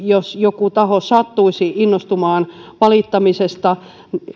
jos joku taho sattuisi innostumaan valittamisesta